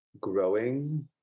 growing